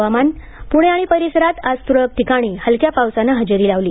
हवामान पुणे आणि परिसरांत तुरळक ठिकाणी हलक्या पावसानं हजेरी लावली